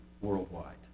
worldwide